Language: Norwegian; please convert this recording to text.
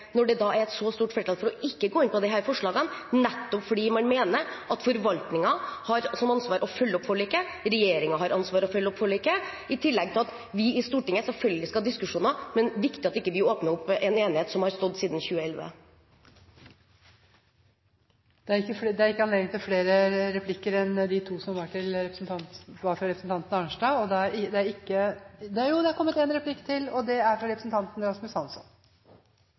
når det er et så stort flertall for ikke å gå inn på disse forslagene, nettopp fordi man mener at forvaltningen har som ansvar å følge opp forliket? Regjeringen har også ansvar for å følge opp forliket, i tillegg til at vi i Stortinget selvfølgelig skal ha diskusjoner, men det er viktig at vi ikke åpner opp en enighet som har stått siden 2011. Debatten som er foranlediget av Senterpartiets forslag, dreier seg om hvorvidt kvoter skal fylles opp, dvs. om alle dyrene som det er gitt fellingstillatelse til, skal skytes eller ikke. Arbeiderpartiet har i sine merknader uttalt seg litt i begge retninger. På den ene siden har man gitt uttrykk for at det er